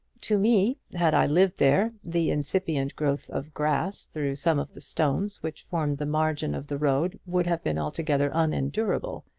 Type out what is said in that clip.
to me, had i lived there, the incipient growth of grass through some of the stones which formed the margin of the road would have been altogether unendurable.